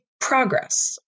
progress